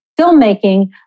filmmaking